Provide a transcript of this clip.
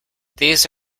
these